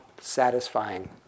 satisfying